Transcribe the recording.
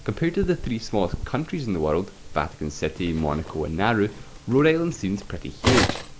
compared to the three smallest countries in the world vatican city, monaco and nauru rhode island seems pretty huge.